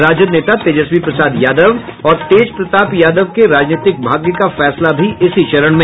राजद नेता तेजस्वी प्रसाद यादव और तेज प्रताप यादव के राजनीतिक भाग्य का फैसला भी इसी चरण में